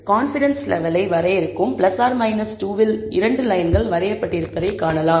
எனவே கான்ஃபிடன்ஸ் லெவலை வரையறுக்கும் ஆர் 2 இல் இரண்டு லயன்கள் வரையப்பட்டிருப்பதைக் காணலாம்